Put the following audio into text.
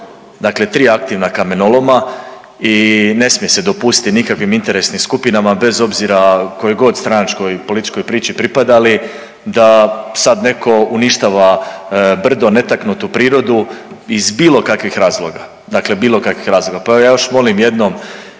dakle tri aktivna kamenoloma i ne smije se dopustiti nikakvim interesnim skupinama, bez obzira kojoj god stranačkoj političkoj priči pripadali da sad neko uništava brdo, netaknutu prirodu iz bilo kakvih razloga, dakle bilo kakvih razloga. Pa evo ja još molim jednom